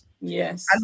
Yes